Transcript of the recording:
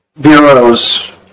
Bureau's